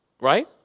Right